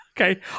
Okay